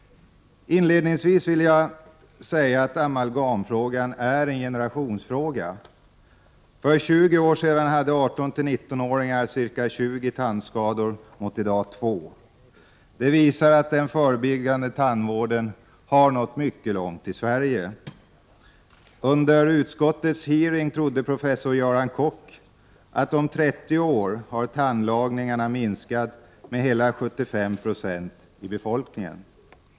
Inledningsvis vill jag säga att amalgamfrågan är en generationsfråga. För 20 år sedan hade 18—19-åringar ca 20 tandskador mot i dag två. Det visar att den förebyggande tandvården har nått mycket långt i Sverige. Under utskottets hearing trodde professor Göran Koch att om 30 år har tandlagningarna minskat med hela 75 90 i befolkningen.